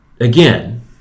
again